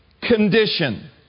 condition